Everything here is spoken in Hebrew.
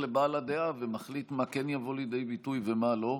לבעל הדעה ומחליט מה כן יבוא לידי ביטוי ומה לא.